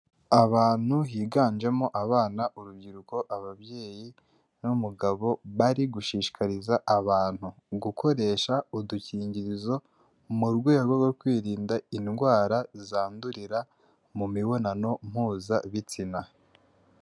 Abantu higanjemo abana, urubyiruko, ababyeyi n'umugabo bari gushishikariza abantu gukoresha udukingirizo mu rwego rwo kwirinda indwara zandurira mu mibonano mpuzabitsina.